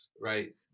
right